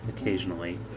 occasionally